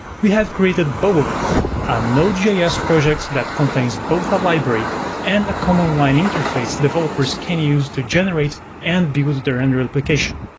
we have created bubblewrap, a node js project that contains both a library and a command line interface developers can use to generate and because of their android application.